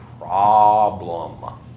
problem